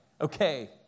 okay